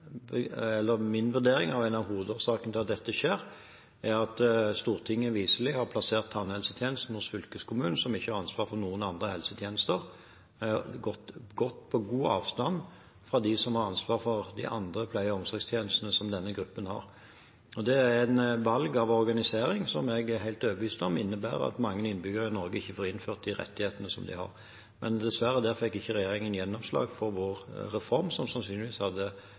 min vurdering av en av hovedårsakene til at dette skjer, er at Stortinget viselig har plassert tannhelsetjenesten hos fylkeskommunen – som ikke har ansvar for noen andre helsetjenester, og på god avstand fra dem som har ansvar for de andre pleie- og omsorgstjenestene denne gruppen har. Det er et valg av organisering jeg er helt overbevist om at innebærer at mange innbyggere i Norge ikke får innfridd de rettighetene de har. Regjeringen fikk dessverre ikke gjennomslag for vår reform, som sannsynligvis